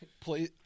Play